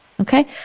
Okay